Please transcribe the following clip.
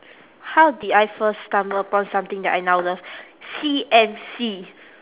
how did I first stumble upon something that I now love C_M_C